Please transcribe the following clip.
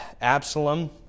Absalom